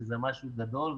שזה משהו גדול,